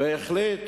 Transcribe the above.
והחליט